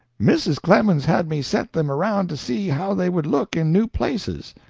mrs. clemens had me set them around to see how they would look in new places.